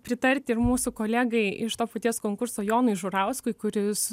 pritarti ir mūsų kolegai iš to paties konkurso jonui žurauskui kuris